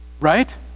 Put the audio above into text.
Right